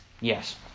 yes